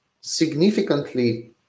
significantly